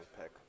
pick